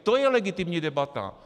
To je legitimní debata!